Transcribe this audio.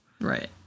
right